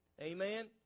Amen